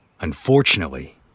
Unfortunately